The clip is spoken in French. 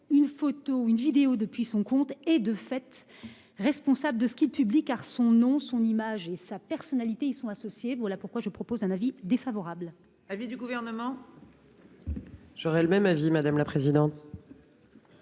une photo ou une vidéo depuis son compte et de fait, responsable de ce qui publie car son nom son image et sa personnalité y sont associés. Voilà pourquoi je propose un avis défavorable. L'avis du gouvernement. J'aurais le même avis. Madame la présidente.